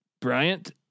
Bryant